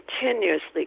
continuously